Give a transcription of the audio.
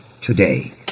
today